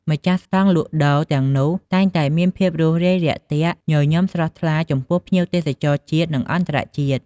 ម្ចាស់ស្តង់លក់ដូរទាំងនោះ តែងតែមានភាពរួសរាយរាក់ទាក់ញញឹមស្រស់ថ្លាចំពោះភ្ញៀវទេសចរជាតិ និងអន្តរជាតិ។